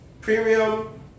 premium